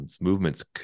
movements